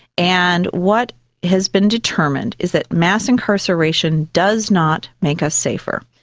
and what has been determined is that mass incarceration does not make us safer.